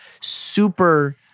super